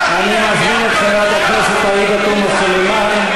אני מזמין את חברת הכנסת עאידה תומא סלימאן,